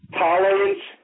tolerance